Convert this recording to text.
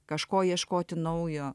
kažko ieškoti naujo